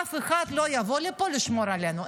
אף אחד לא יבוא לפה לשמור עלינו,